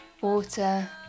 water